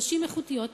נשים איכותיות,